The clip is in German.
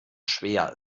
schwer